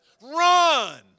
Run